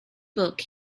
book